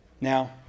now